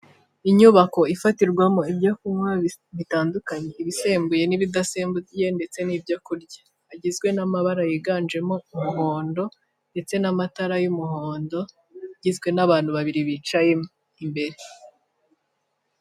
Inyubako ifatirwamo ibyo kunywa bitandukanye, ibisembuye n'ibidasembuye ndetse n'ibyo kurya, bigizwe n'amabara yiganjemo umuhondo ndetse n'amatara y'umuhondo igizwe n'abantu babiri bicayemo imbere.